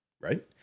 right